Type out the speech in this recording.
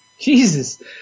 Jesus